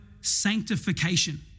sanctification